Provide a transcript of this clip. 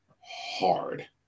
hard